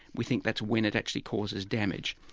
we think that's when it actually causes damage.